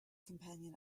companion